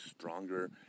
stronger